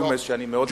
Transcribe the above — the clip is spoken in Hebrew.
שאני מאוד מוקיר,